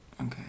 okay